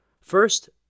first